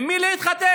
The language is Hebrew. עם מי להתחתן.